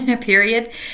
period